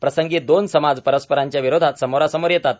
प्रसंगी दोन समाज परस्परांच्या विरोधात समोरासमोर येतात